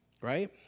right